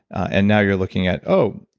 and now you're looking at oh,